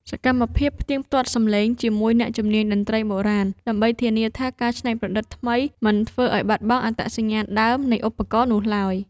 សកម្មភាពផ្ទៀងផ្ទាត់សំឡេងជាមួយអ្នកជំនាញតន្ត្រីបុរាណ ដើម្បីធានាថាការច្នៃប្រឌិតថ្មីមិនធ្វើឱ្យបាត់បង់អត្តសញ្ញាណដើមនៃឧបករណ៍នោះឡើយ។